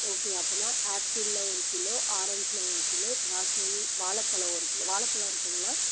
okay அப்போனா ஆப்பிளில் ஒரு கிலோ ஆரஞ்சில் ஒரு கிலோ திராட்சை வாழைப் பழம் ஒரு கிலோ வாழைப் பழம் இருக்குங்களா